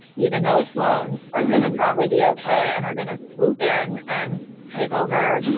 even though its loans are going to probably be ok and are going to swoop in and take over